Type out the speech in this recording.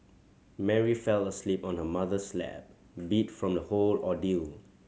Mary fell asleep on her mother's lap beat from the whole ordeal